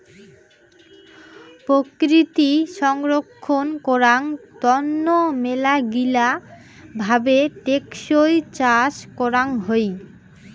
প্রকৃতি সংরক্ষণ করাং তন্ন মেলাগিলা ভাবে টেকসই চাষ করাং হই